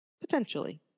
Potentially